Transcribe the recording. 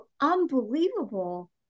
unbelievable